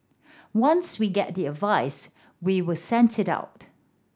once we get the advice we will send it out